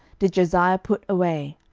did josiah put away,